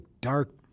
dark